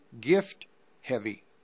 gift-heavy